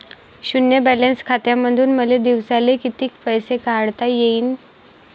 शुन्य बॅलन्स खात्यामंधून मले दिवसाले कितीक पैसे काढता येईन?